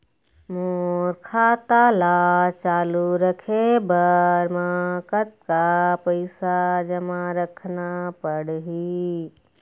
मोर खाता ला चालू रखे बर म कतका पैसा जमा रखना पड़ही?